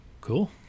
Cool